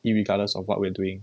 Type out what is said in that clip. irregardless of what we're doing